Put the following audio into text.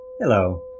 Hello